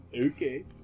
Okay